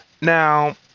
Now